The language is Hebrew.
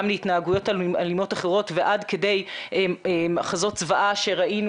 גם להתנהגויות אלימות אחרות ועד כדי מחזות זוועה שראינו